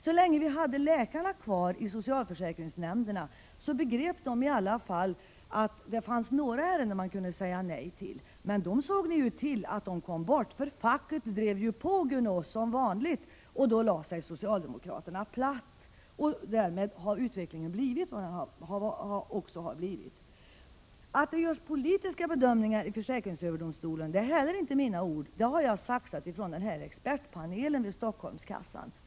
Så länge vi hade läkarna kvar i socialförsäkringsnämnderna begrep de i alla fall att det fanns några ärenden man kunde säga nej till. Men ni såg ju till att läkarna kom bort. Facket drev på gunås, som vanligt, och då lade sig socialdemokraterna platt. Därmed blev utvecklingen sådan den nu blev. Att det görs politiska bedömningar i försäkringsöverdomstolen är heller inte mina ord. Det har jag saxat från expertpanelen vid Stockholmskassan.